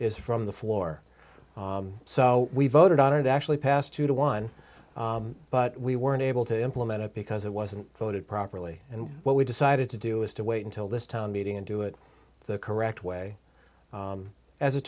is from the floor so we voted on it actually passed two to one but we weren't able to implement it because it was voted properly and what we decided to do is to wait until this town meeting and do it the correct way as it